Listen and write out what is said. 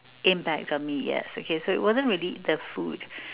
impact on me yes okay so it wasn't really the food